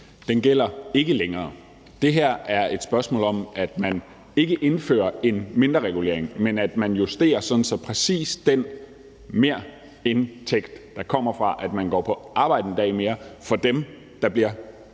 Den gælder ikke længere. Det her er et spørgsmål om, at man ikke indfører en mindreregulering, men at man justerer sådan, at præcis den merindtægt, der kommer fra at gå på arbejde en dag mere – for dem, der bliver bedt